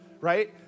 Right